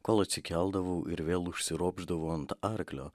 kol atsikeldavau ir vėl užsiropšdavau ant arklio